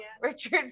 Richard